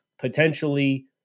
potentially